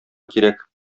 кирәк